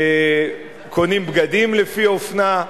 קונים בגדים לפי אופנה.